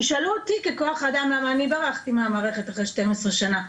תשאלו אותי כוח אדם למה אני ברחתי מהמערכת אחרי 12 שנה.